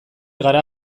gara